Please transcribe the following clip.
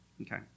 Okay